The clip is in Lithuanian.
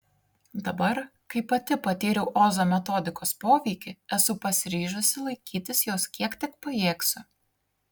dabar kai pati patyriau ozo metodikos poveikį esu pasiryžusi laikytis jos kiek tik pajėgsiu